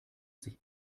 sich